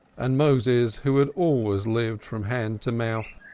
and moses, who had always lived from hand to mouth,